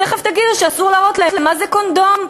תכף תגידו שאסור להראות להם מה זה קונדום,